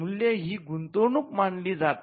मूल्य ही गुंतवणूक म्हणून मानली जाते